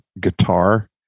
guitar